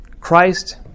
Christ